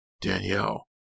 Danielle